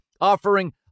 offering